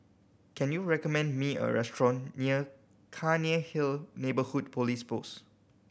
can you recommend me a restaurant near Cairnhill Neighbourhood Police Post